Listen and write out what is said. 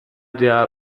der